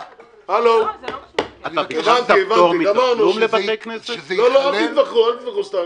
ביקשתי שזה ייכלל --- אל תתווכחו סתם.